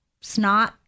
snot